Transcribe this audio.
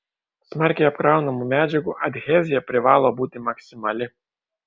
smarkiai apkraunamų medžiagų adhezija privalo būti maksimali